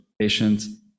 patients